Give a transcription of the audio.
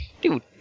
Dude